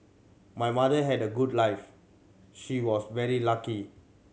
my mother had a good life she was very lucky